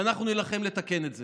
ואנחנו נילחם לתקן את זה.